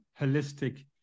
holistic